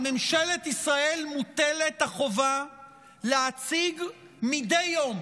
על ממשלת ישראל מוטלת החובה להציג מדי יום